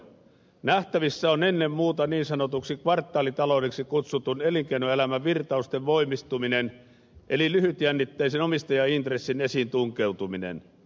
nähtävissä on ennen muuta niin sanotuksi kvartaalitaloudeksi kutsutun elinkeinoelämän virtausten voimistuminen eli lyhytjännitteisen omistajaintressin esiin tunkeutuminen